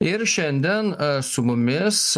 ir šiandien su mumis